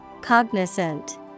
Cognizant